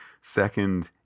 Second